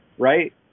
Right